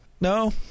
No